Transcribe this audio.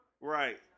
Right